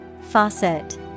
Faucet